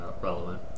relevant